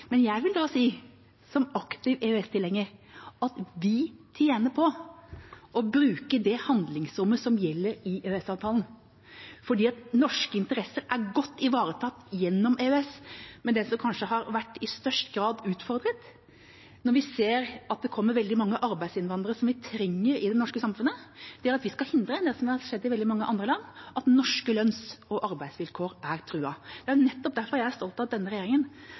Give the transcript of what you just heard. at vi tjener på å bruke det handlingsrommet som gjelder i EØS-avtalen, for norske interesser er godt ivaretatt gjennom EØS. Det som kanskje i størst grad har vært utfordret og som vi må hindre, når vi ser at det kommer veldig mange arbeidsinnvandrere, som vi trenger i det norske samfunnet, er det som har skjedd i veldig mange andre land: at norske lønns- og arbeidsvilkår er truet. Det er nettopp derfor jeg er stolt av at denne